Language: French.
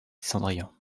cendrillon